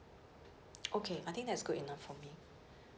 okay I think that is good enough for me